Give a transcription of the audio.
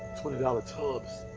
twenty dollars tubs,